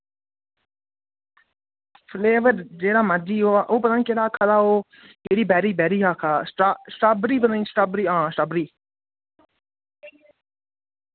flavour जेह्ड़ा मर्जी होऐ ओह् पता निं केह्ड़ा आखै दा ओह् केह्ड़ी बैर्री बैर्री हां आखै दा सटा स्ट्राबरी पता निं स्टाबरी हां स्टाबरी